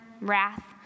wrath